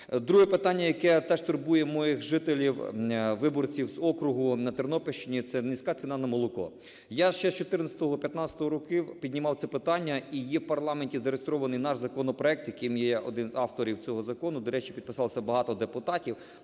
Друге питання, яке теж турбує моїх жителів, виборців з округу на Тернопільщині – це низька ціна на молоко. Я ще з 2014-2015 років піднімав це питання і є в парламенті зареєстрований наш законопроект, яким я є одним з авторів цього закону, до речі, підписалось багато депутатів,